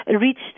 reached